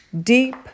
deep